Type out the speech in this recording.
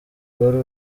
wari